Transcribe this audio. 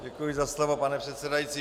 Děkuji za slovo, pane předsedající.